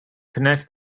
connects